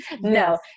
No